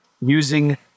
using